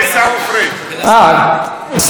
עיסאווי פריג', כן.